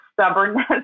stubbornness